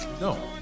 No